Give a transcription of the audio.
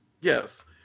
Yes